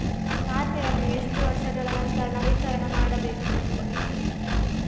ಖಾತೆಯನ್ನು ಎಷ್ಟು ವರ್ಷಗಳ ನಂತರ ನವೀಕರಣ ಮಾಡಬೇಕು?